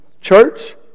Church